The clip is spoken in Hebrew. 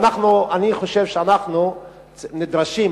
אני חושב שאנחנו נדרשים,